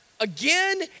Again